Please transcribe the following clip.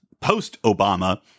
post-Obama